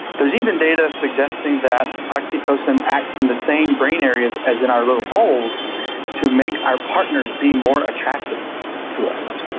there's even data suggesting that oxytocin acts in the same brain areas as in our little voles to make our partners be more attractive to us.